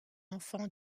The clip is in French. enfant